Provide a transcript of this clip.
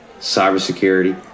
cybersecurity